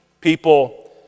People